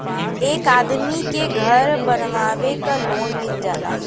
एक आदमी के घर बनवावे क लोन मिल जाला